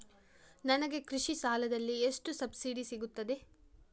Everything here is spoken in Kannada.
ನನಗೆ ಕೃಷಿ ಸಾಲದಲ್ಲಿ ಎಷ್ಟು ಸಬ್ಸಿಡಿ ಸೀಗುತ್ತದೆ?